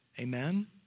Amen